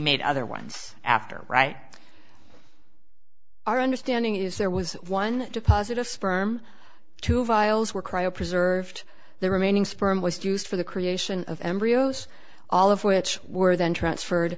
made other ones after right our understanding is there was one deposit of sperm two vials were cryo preserved the remaining sperm was used for the creation of embryos all of which were then transferred